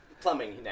plumbing